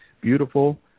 beautiful